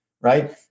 right